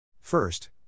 First